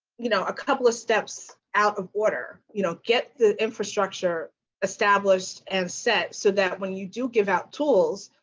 you know, a couple of steps out of order. you know, get the infrastructure established and set so that when you do give out tools,